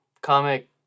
comic